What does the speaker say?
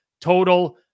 total